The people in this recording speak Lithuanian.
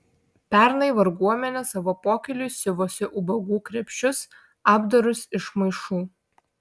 pernai varguomenė savo pokyliui siuvosi ubagų krepšius apdarus iš maišų